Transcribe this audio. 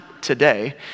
today